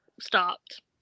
stopped